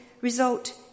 result